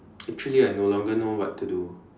actually I no longer know what to do